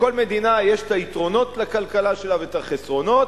בכל מדינה יש היתרונות לכלכלה שלה והחסרונות,